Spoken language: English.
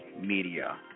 media